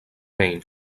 maine